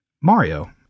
Mario